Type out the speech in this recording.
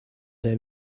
der